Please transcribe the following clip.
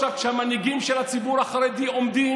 עכשיו כשהמנהיגים של הציבור החרדי עומדים